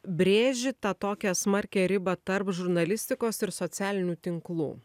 brėži tą tokią smarkią ribą tarp žurnalistikos ir socialinių tinklų